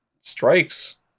strikes